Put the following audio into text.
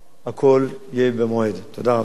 תודה רבה לסגן ראש הממשלה.